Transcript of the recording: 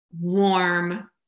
warm